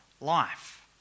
life